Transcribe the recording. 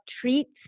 treats